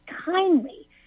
kindly